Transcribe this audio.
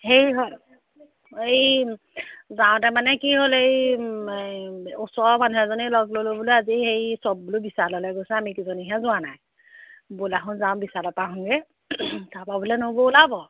হেৰি হ'ল এই গাঁৱতে মানে কি হ'ল এই ওচৰৰ মানুহ এজনী লগ ল'লোঁ বোলো আজি সেই চব বোলো বিশাললৈ গৈছে আমি কেইজনীহে যোৱা নাই ব'লাচোন যাওঁ বিশালপৰা আহোঁগৈ তাৰপৰা বোলে নবৌ ওলাব